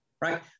Right